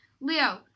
Leo